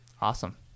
Awesome